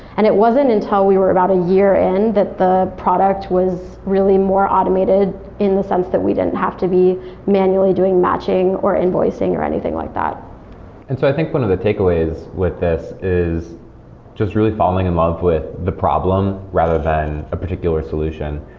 and it wasn't until we were about a year in that the product was really more automated in the sense that we didn't have to be manually doing matching, or invoicing, or anything like that and so i think one of the takeaways with this is just really falling in love with the problem, rather than a particular solution.